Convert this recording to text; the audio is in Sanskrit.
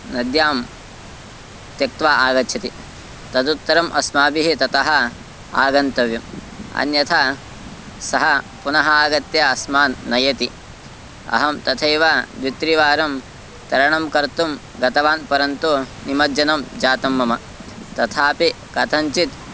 नद्यां त्यक्त्वा आगच्छति तदुत्तरम् अस्माभिः ततः आगन्तव्यम् अन्यथा सः पुनः आगत्य अस्मान् नयति अहं तथैव द्वित्रिवारं तरणं कर्तुं गतवान् परन्तु निमज्जनं जातं मम तथापि कथञ्चित्